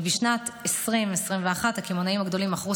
ובשנת 2021 הקמעונאים הגדולים מכרו